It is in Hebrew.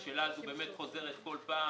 השאלה הזאת באמת חוזרת כל פעם.